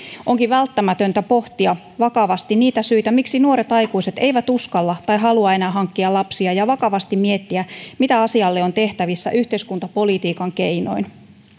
onkin välttämätöntä pohtia vakavasti niitä syitä miksi nuoret aikuiset eivät uskalla tai halua enää hankkia lapsia ja vakavasti miettiä mitä asialle on tehtävissä yhteiskuntapolitiikan keinoin